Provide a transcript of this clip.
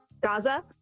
Gaza